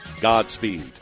Godspeed